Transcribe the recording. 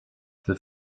the